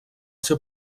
ser